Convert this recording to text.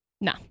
No